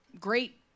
great